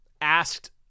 asked